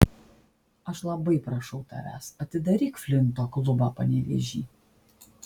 aš labai prašau tavęs atidaryk flinto klubą panevėžy